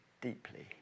deeply